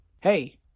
Hey